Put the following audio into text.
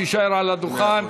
תישאר על הדוכן.